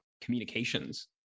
communications